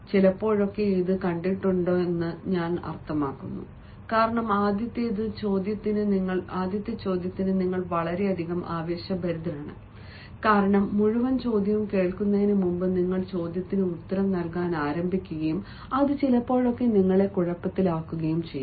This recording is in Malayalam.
ചിലപ്പോഴൊക്കെ ഇത് കണ്ടിട്ടുണ്ടെന്നാണ് ഞാൻ അർത്ഥമാക്കുന്നത് കാരണം ആദ്യത്തെ ചോദ്യത്തിന് നിങ്ങൾ വളരെയധികം ആവേശഭരിതരാണ് കാരണം മുഴുവൻ ചോദ്യവും കേൾക്കുന്നതിന് മുമ്പ് നിങ്ങൾ ചോദ്യത്തിന് ഉത്തരം നൽകാൻ ആരംഭിക്കുകയും അത് നിങ്ങളെ കുഴപ്പത്തിലാക്കുകയും ചെയ്യും